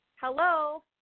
Hello